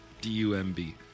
D-U-M-B